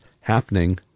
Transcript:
happening